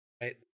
Right